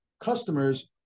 customers